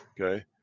okay